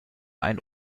ein